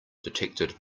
detected